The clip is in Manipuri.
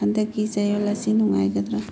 ꯍꯟꯗꯛꯀꯤ ꯆꯌꯣꯜ ꯑꯁꯤ ꯅꯨꯡꯉꯥꯏꯒꯗ꯭ꯔꯥ